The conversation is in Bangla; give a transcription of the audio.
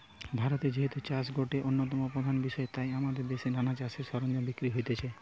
ভারতে যেহেতু চাষ গটে অন্যতম প্রধান বিষয় তাই আমদের দেশে নানা চাষের সরঞ্জাম বিক্রি হতিছে